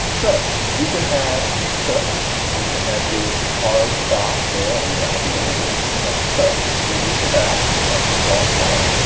so you can have to and you can have your heart stop there on your alveolar ridge. you can have. we're used to that. that's the soft palate.